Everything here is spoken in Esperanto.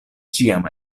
ĉiam